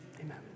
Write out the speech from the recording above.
Amen